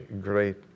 great